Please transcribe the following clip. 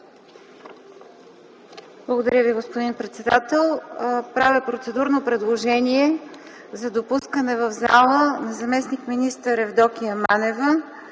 Благодаря Ви, господин председател. Правя процедурно предложение за допускане в залата на заместник-министър Евдокия Манева,